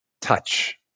Touch